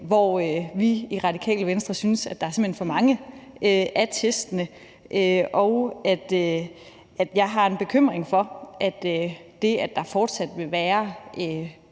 hvor vi i Radikale Venstre synes, at der simpelt hen er for mange test, og jeg har en bekymring for, at det, at der fortsat vil være